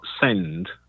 send